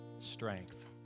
strength